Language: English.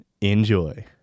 enjoy